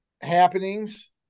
happenings